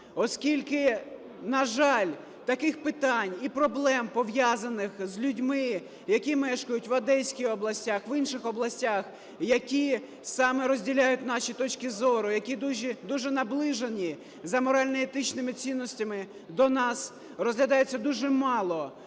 оскільки, на жаль, таких питань і проблем, пов'язаних з людьми, які мешкають в Одеській області, в інших областях, які саме розділяють наші точки зору, які дуже наближені за морально-етичними цінностями до нас, розглядаються дуже мало,